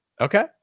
Okay